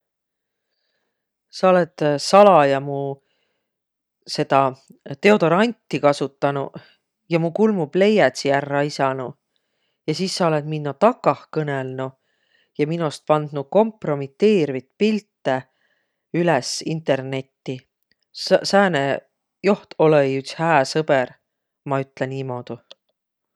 Sa olõt salaja mu seda deodoranti kasutanuq ja mu kulmupleiädsi ärq raisanuq. Ja sis sa olõt minno takah kõnõlnuq ja minost pandnuq kompromitiirvit pilte üles Internetti. Sõ- sääne joht olõ-õi üts hää sõbõr! Ma ütle niimuudu.